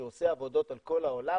שעושה עבודות על כל העולם,